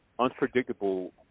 unpredictable